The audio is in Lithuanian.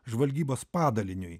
žvalgybos padaliniui